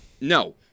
No